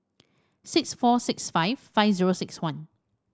six four six five five zero six one